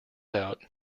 out